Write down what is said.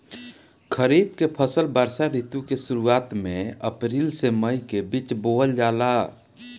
खरीफ के फसल वर्षा ऋतु के शुरुआत में अप्रैल से मई के बीच बोअल जाला